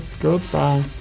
goodbye